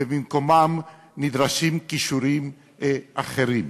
ובמקומם נדרשים כישורים אחרים.